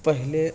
پہلے